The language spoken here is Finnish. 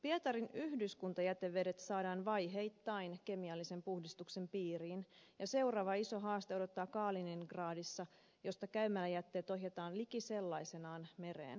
pietarin yhdyskuntajätevedet saadaan vaiheittain kemiallisen puhdistuksen piiriin ja seuraava iso haaste odottaa kaliningradissa josta käymäläjätteet ohjataan liki sellaisenaan mereen